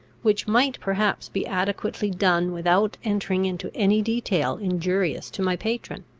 which might perhaps be adequately done without entering into any detail injurious to my patron?